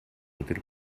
útil